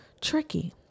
Tricky